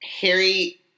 Harry